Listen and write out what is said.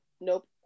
nope